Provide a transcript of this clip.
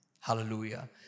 Hallelujah